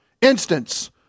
instance